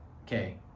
okay